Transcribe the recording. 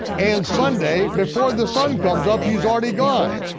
and sunday, before the sun comes up, he's already gone,